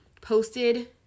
posted